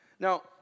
Now